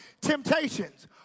temptations